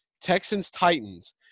Texans-Titans